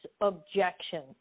objection